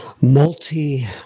multi